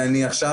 ואני עכשיו,